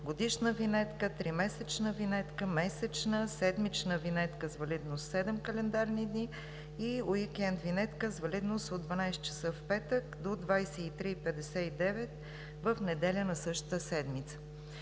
годишна винетка, тримесечна винетка, месечна винетка, седмична винетка с валидност седем календарни дни, и уикенд винетка с валидност от 12,00 ч. в петък до 23,59 ч. в неделя на същата седмица.